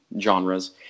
genres